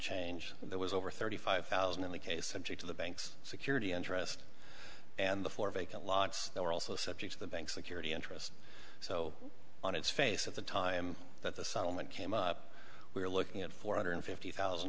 change there was over thirty five thousand in the case subject to the bank's security interest and the four vacant lots they were also subject to the bank's security interest so on its face at the time that the salomon came up we were looking at four hundred fifty thousand